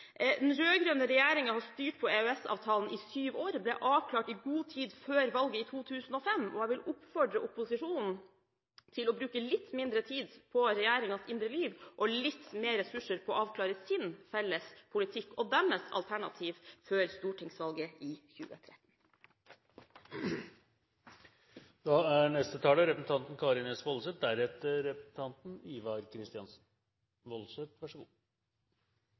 Den rød-grønne regjeringen har styrt på EØS-avtalen i syv år. Det ble avklart i god tid før valget i 2005. Jeg vil oppfordre opposisjonen til å bruke litt mindre tid på regjeringens indre liv og litt mer ressurser på å avklare sin felles politikk og sitt alternativ før stortingsvalget i 2013. EØS-avtalen ligger fast. Så er det sagt. Også jeg vil starte med å takke utenriksministeren for en god